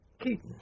Keaton